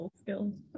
skills